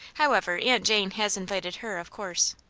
however, aunt jane has invited her, of course.